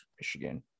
Michigan